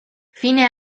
fine